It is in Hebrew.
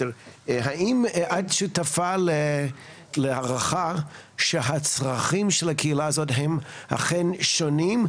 האם את שותפה להערכה שהצרכים של הקהילה הזאת הם אכן שונים,